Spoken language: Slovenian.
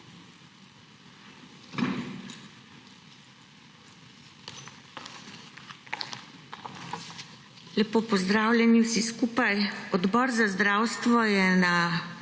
Lepo pozdravljeni vsi skupaj! Odbor za zdravstvo je na